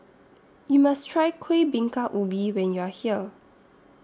YOU must Try Kueh Bingka Ubi when YOU Are here